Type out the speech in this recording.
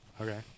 Okay